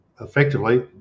effectively